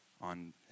on